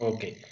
Okay